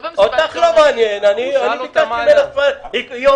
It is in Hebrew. איים ירוקים שנועדו לחזק את המלונות